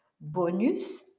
Bonus